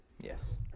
Yes